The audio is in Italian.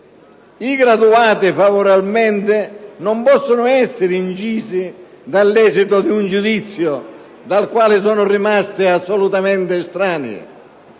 I graduati favorevolmente non possono essere incisi dall'esito di un giudizio dal quale sono rimasti assolutamente estranei.